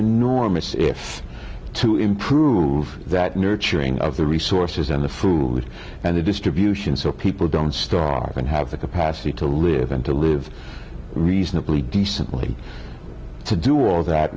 enormous if to improve that nurturing of the resources and the food and the distribution so people don't starve and have the capacity to live and to live reasonably decently to do all that